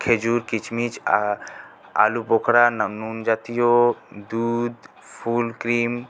খেজুর কিসমিস আলুবোখরা নুনজাতীয় দুধ ফুল ক্রিম